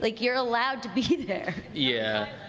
ah you're allowed to be there. yeah.